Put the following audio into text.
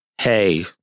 hey